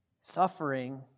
Suffering